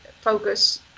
focus